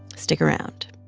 stick around